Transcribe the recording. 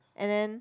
and then